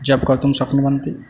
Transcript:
job कर्तुं शक्नुवन्ति